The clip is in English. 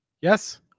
Yes